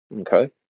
Okay